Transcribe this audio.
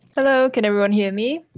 hello. can everyone hear me?